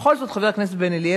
בכל זאת, חבר הכנסת בן-אליעזר,